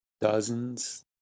dozens